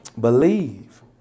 Believe